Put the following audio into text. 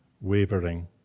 wavering